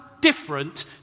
different